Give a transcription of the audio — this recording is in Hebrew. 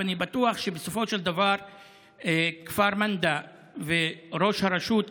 ואני בטוח שבסופו של דבר כפר מנדא וראש הראשות,